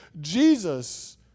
jesus